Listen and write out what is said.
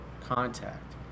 contact